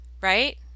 right